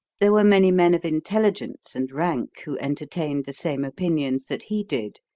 there were many men of intelligence and rank who entertained the same opinions that he did,